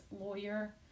lawyer